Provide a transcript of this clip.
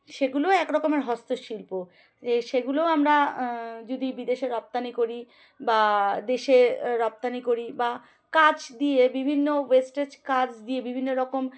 সেগুলোও একরকমের হস্তশিল্প সেগুলোও আমরা যদি বিদেশে রপ্তানি করি বা দেশে রপ্তানি করি বা কাজ দিয়ে বিভিন্ন ওয়েস্টেজ কাজ দিয়ে বিভিন্ন রকম